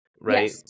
right